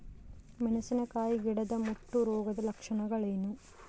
ಮೆಣಸಿನಕಾಯಿ ಗಿಡದ ಮುಟ್ಟು ರೋಗದ ಲಕ್ಷಣಗಳೇನು?